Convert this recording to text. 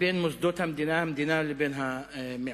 בין מוסדות המדינה לבין המיעוט.